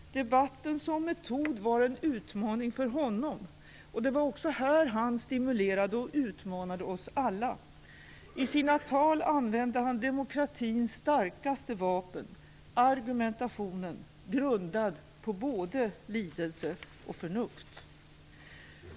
Debatten som metod var en utmaning för honom, och det var också här han stimulerade - och utmanade - oss alla. I sina tal använde han demokratins starkaste vapen, argumentationen, grundad på både lidelse och förnuft.